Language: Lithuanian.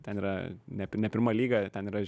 ten yra ne p ne pirma lyga ten yra